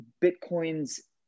Bitcoin's